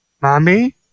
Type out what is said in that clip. Mommy